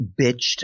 bitched